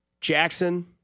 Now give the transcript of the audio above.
Jackson